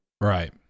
Right